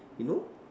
you know